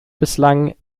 bislang